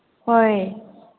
ꯍꯣꯏ